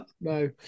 No